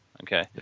Okay